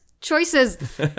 Choices